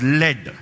led